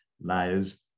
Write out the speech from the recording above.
layers